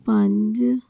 ਪੰਜ